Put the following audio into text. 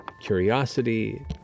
curiosity